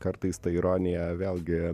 kartais ta ironija vėlgi